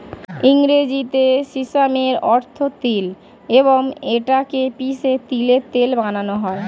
ইংরেজিতে সিসামের অর্থ তিল এবং এটা কে পিষে তিলের তেল বানানো হয়